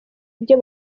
ibyo